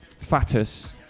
Fatus